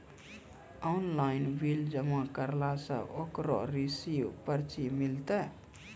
Online bill जमा करला से ओकरौ रिसीव पर्ची मिलतै?